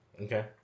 Okay